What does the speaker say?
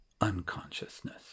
unconsciousness